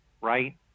right